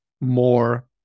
more